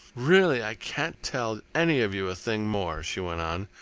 really, i can't tell any of you a thing more, she went on,